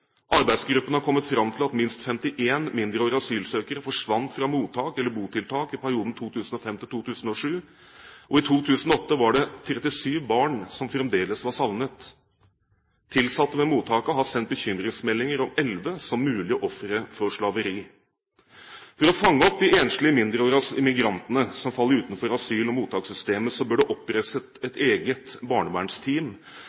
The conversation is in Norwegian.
Arbeidsgruppen har kommet fram til minst 51 mindreårige asylsøkere forsvant fra mottak eller botiltak i perioden 2005–2007. I 2008 var det 37 barn som fremdeles var savnet. Tilsatte ved mottakene har sendt bekymringsmelding om elleve som mulige ofre for slaveri. For å fange opp de enslige mindreårige migrantene som faller utenfor asyl- og mottakssystemet, bør det